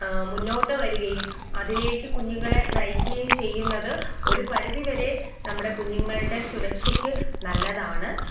മുന്നോട്ട് വരികയും അതിലേക്ക് കുഞ്ഞുങ്ങളെ നയിക്കുകയും ചെയ്യുന്നത് ഒരു പരിധിവരെ നമ്മുടെ കുഞ്ഞുങ്ങളുടെ സുരക്ഷയ്ക്ക് നല്ലതാണ്